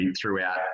throughout